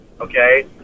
okay